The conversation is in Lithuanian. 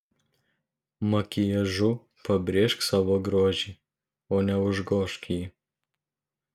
makiažu pabrėžk savo grožį o ne užgožk jį